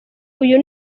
uyu